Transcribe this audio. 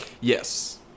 Yes